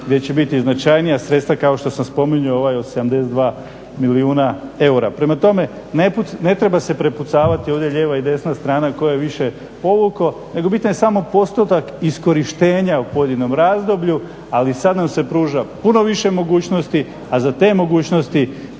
gdje će biti značajnija sredstva kao što sam spominjao ovaj od 72 milijuna eura. Prema tome, ne treba se prepucavati ovdje lijeva i desna strana tko je više povukao, nego bitan je samo postotak iskorištenja u pojedinom razdoblju. Ali sad nam se pruža puno više mogućnosti, a za te mogućnosti